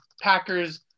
Packers